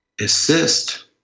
assist